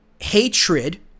hatred